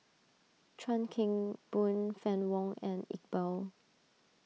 Chuan Keng Boon Fann Wong and Iqbal